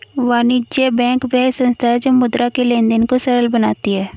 वाणिज्य बैंक वह संस्था है जो मुद्रा के लेंन देंन को सरल बनाती है